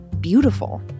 beautiful